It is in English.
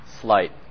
slight